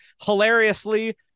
hilariously